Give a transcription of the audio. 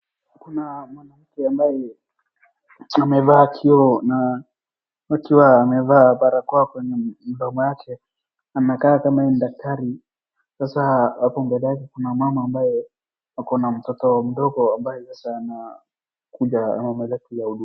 Kuna mwanamke ambaye amevaa kioo na wakiwa amevaa barakoa kwenye mdomo yake inakaa ni kama yeye ni daktari sasa hapo mbele yake kuna mama ambaye ako na mtoto mdogo ambaye sasa anakuja.